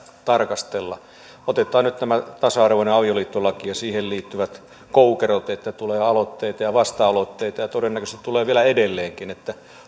tarkastella otetaan nyt tämä tasa arvoinen avioliittolaki ja siihen liittyvät koukerot että tulee aloitteita ja vasta aloitteita ja todennäköisesti tulee vielä edelleenkin